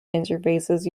interfaces